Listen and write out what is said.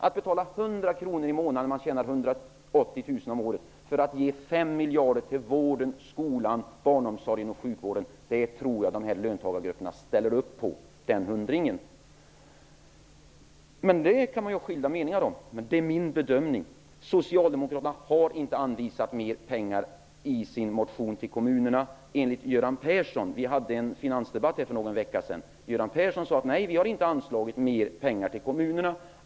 Att betala 100 kr i månaden när man tjänar 180 000 kr om året för att ge 5 miljarder till äldrevården, skolan, barnomsorgen och sjukvården tror jag att de här löntagargrupperna ställer upp på. Men det kan man ha skilda meningar om. Det är min bedömning. Socialdemokraterna har inte anvisat mer pengar till kommunerna i sin motion, enligt Göran Persson. Vi hade en finansdebatt för någon vecka sedan. Göran Persson sade: Nej, vi har inte anslagit mer pengar till kommunerna.